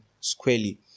squarely